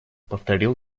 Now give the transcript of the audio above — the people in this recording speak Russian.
повторил